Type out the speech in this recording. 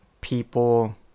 people